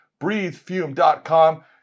breathefume.com